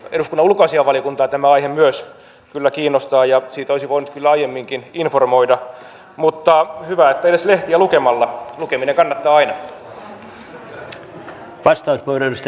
eduskunnan ulkoasiainvaliokuntaa tämä aihe myös kyllä kiinnostaa ja siitä olisi voinut kyllä aiemminkin informoida mutta hyvä että edes lehtiä lukemalla lukeminen kannattaa aina